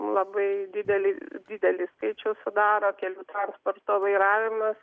labai didelį didelį skaičių sudaro kelių transporto vairavimas